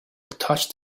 touched